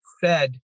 fed